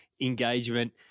engagement